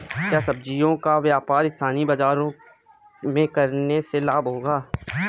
क्या सब्ज़ियों का व्यापार स्थानीय बाज़ारों में करने से लाभ होगा?